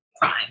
crime